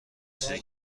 چیزی